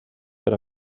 per